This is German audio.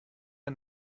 der